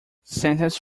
sentence